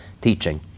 teaching